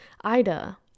Ida